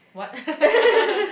what